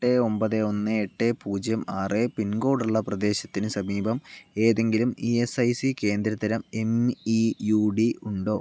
എട്ട് ഒമ്പത് ഒന്ന് എട്ട് പൂജ്യം ആറ് പിൻ കോഡുള്ള പ്രദേശത്തിന് സമീപം ഏതെങ്കിലും ഇ എസ് ഐ സി കേന്ദ്ര തരം എം ഇ യു ഡി ഉണ്ടോ